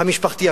המשפחתי,